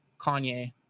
Kanye